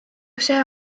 see